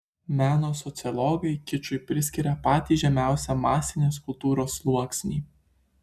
meno sociologai kičui priskiria patį žemiausią masinės kultūros sluoksnį